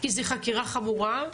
כי זה חקירה חמורה?